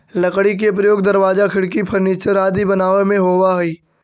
लकड़ी के प्रयोग दरवाजा, खिड़की, फर्नीचर आदि बनावे में होवऽ हइ